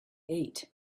ate